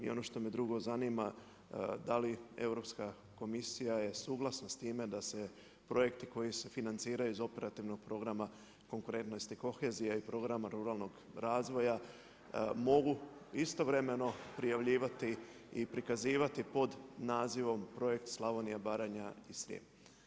I ono što me drugo zanima, da li Europska komisija je suglasna s time da se projekti koji se financiraju iz operativnog programa konkurentnosti kohezija i programa ruralnog razvoja mogu istovremeno prijavljivati i prikazivati pod nazivom projekt Slavonija, Baranja i Srijem.